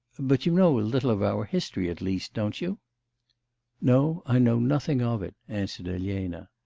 but you know a little of our history at least, don't you no, i know nothing of it answered elena.